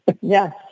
Yes